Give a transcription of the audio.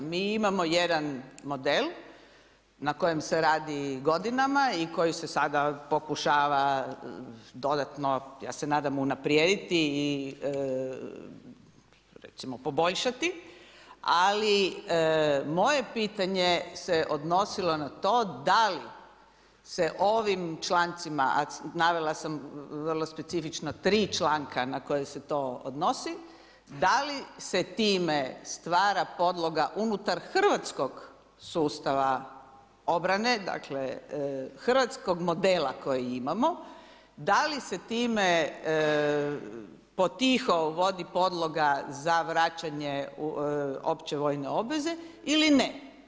Mi imamo jedan model na kojem se radi godinama i koji se sada pokušava dodatno ja se nadam unaprijediti i recimo poboljšati, ali moje pitanje se odnosilo na to da li se ovim člancima, a navela sam vrlo specifično tri članka na koje se to odnosi, da li se time stvara podloga unutar hrvatskog sustava obrane, dakle hrvatskog modela kojeg imamo, da li se time potiho uvodi podloga za vraćanje opće vojne obveze ili ne.